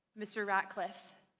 mr. radcliffe?